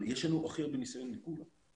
יש לנו הכי הרבה ניסיון מכולם,